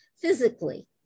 physically